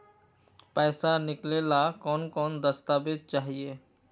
पैसा निकले ला कौन कौन दस्तावेज चाहिए?